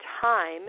time